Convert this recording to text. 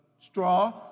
straw